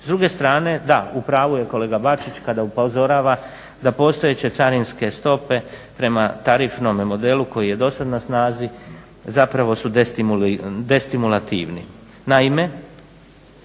S druge strane da, u pravu je kolega Bačić kada upozorava da postojeće carinske stope prema tarifnome modelu koji je do sada na snazi zapravo su destimulativni. Naime,